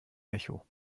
echo